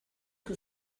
que